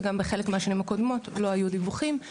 וגם בחלק מהשנים הקודמות לא היו דיווחים.